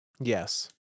Yes